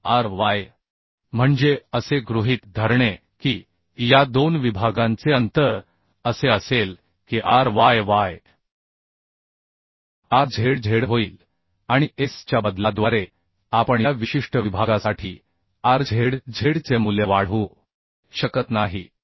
तर Ry म्हणजे असे गृहीत धरणे की या दोन विभागांचे अंतर असे असेल की Ryy Rzz होईल आणि S च्या बदलाद्वारे आपण या विशिष्ट विभागासाठी Rzzचे मूल्य वाढवू शकत नाही